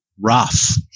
rough